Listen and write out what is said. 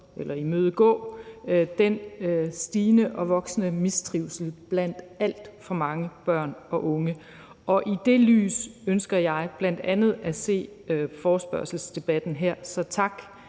at imødegå den stigende og voksende mistrivsel blandt alt for mange børn og unge. I det lys ønsker jeg bl.a. at se forespørgselsdebatten her. Så tak